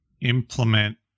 implement